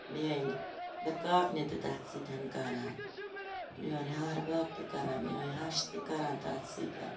میٲنۍ دِرکاکنہِ تہِ تَتھ سۭتۍ کَران میٲنۍ ہہَر بب تہِ کَران میٲنۍ ہَش تہِ کَران تَتھ سۭتۍ